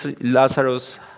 Lazarus